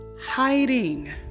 hiding